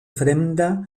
fremda